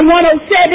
107